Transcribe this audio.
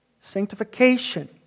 sanctification